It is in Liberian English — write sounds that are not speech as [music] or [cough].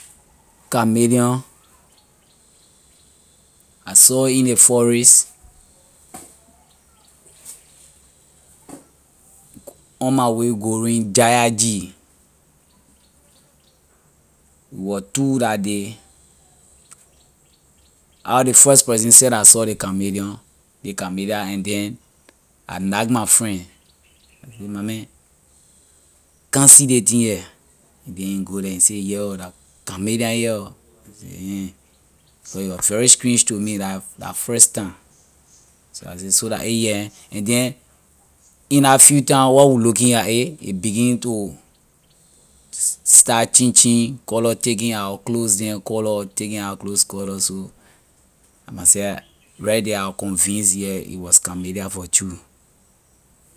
Chameleon I saw it in ley forest on my way going jaigee we wor two la day I was ley first person seh la saw ley chameleon ley chameleon and then I knack my friend I say my man come see ley thing here then he go the he say yeah ho la chameleon here ho and I say [hesitation] so it was very strange to me la la first time so I say so la a here [hesitation] and then in la few time while we looking at a, a begin to start changing color taking our clothes them color taking our clothes color so myself right the I was convince yeah it was chameleon for true.